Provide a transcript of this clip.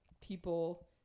people